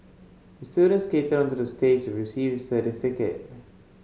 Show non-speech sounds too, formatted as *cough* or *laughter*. the student skated onto the stage receive his certificate *unintelligible*